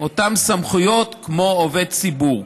כבעל אותן סמכויות כמו עובד ציבור.